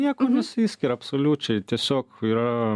nieko nesiskiria absoliučiai tiesiog yra